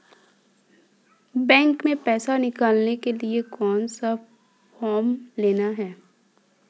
Bank में पैसा निकालने के लिए कौन सा फॉर्म लेना है?